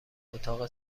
اتاق